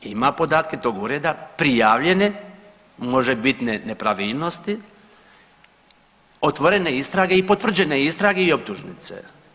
Ima podatke tog ureda, prijavljene možebit nepravilnosti, otvorene istrage i potvrđene istrage i optužnice.